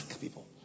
people